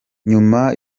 nyuma